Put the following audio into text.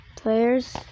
Players